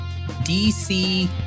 DC